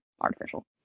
artificial